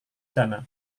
sana